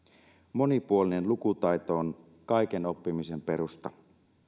monipuolinen lukutaito on kaiken oppimisen perusta